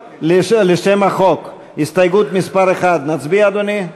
לשם החוק, הסתייגות מס' 1, נצביע, אדוני?